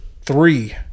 three